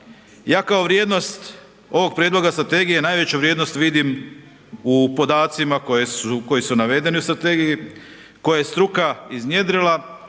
ja kao vrijednost ovog prijedloga strategije najveću vrijednost vidim u podacima koji su navedeni u strategiji koje je struka iznjedrila,